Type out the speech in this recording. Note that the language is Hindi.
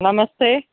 नमस्ते